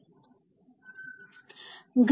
dS2dV or 2dV0 Type equation here